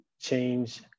change